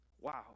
Wow